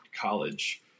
college